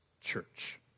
church